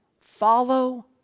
Follow